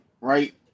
right